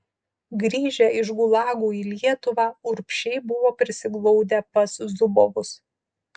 grįžę iš gulagų į lietuvą urbšiai buvo prisiglaudę pas zubovus